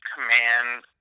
command